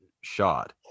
shot